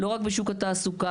לא רק בשוק התעסוקה,